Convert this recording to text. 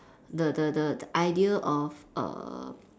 the the the the idea of err